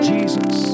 Jesus